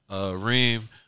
Reem